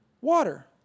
water